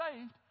saved